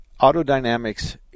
Autodynamics